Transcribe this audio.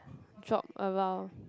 drop around